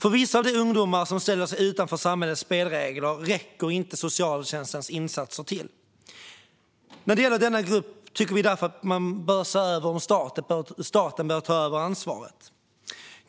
För vissa av de ungdomar som ställer sig utanför samhällets spelregler räcker inte socialtjänstens insatser till. När det gäller denna grupp tycker vi därför att man bör se över om staten bör ta över ansvaret.